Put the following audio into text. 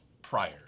Prior